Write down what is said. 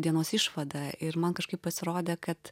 dienos išvada ir man kažkaip pasirodė kad